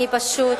אני פשוט,